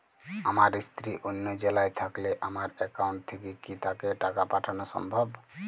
আমার স্ত্রী অন্য জেলায় থাকলে আমার অ্যাকাউন্ট থেকে কি তাকে টাকা পাঠানো সম্ভব?